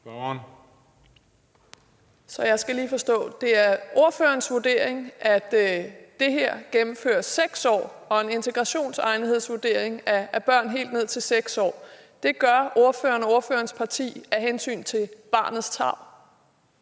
Jeg skal lige forstå det: Det er altså ordførerens vurdering, at det her – at gennemføre en integrationsegnethedsvurdering af børn på helt ned til 6 år – gør ordføreren og ordførerens parti af hensyn til barnets tarv.